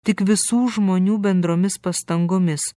tik visų žmonių bendromis pastangomis